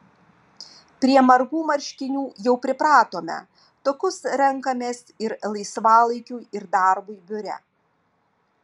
prie margų marškinių jau pripratome tokius renkamės ir laisvalaikiui ir darbui biure